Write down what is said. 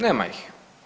Nema ih.